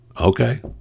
Okay